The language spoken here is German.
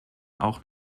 auch